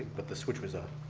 but the switch was up.